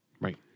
Right